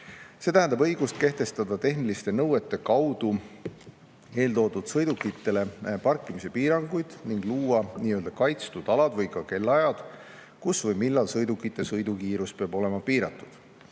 See tähendab õigust kehtestada tehniliste nõuete kaudu eeltoodud sõidukitele parkimise piiranguid, luua nii-öelda kaitstud alad või [määrata] kellaajad, millal sõidukite sõidukiirus peab olema piiratud. Valdav